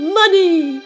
money